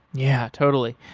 yeah, totally.